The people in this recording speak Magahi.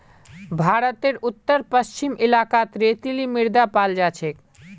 भारतेर उत्तर पश्चिम इलाकात रेतीली मृदा पाल जा छेक